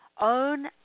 own